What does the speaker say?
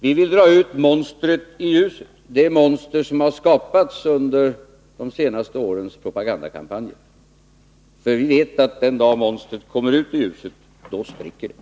Vi vill dra ut monstret i ljuset — det monster som har skapats under de senaste årens propagandakampanjer — eftersom vi vet att den dag då monstret kommer ut i ljuset, då spricker det.